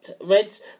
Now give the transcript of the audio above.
Reds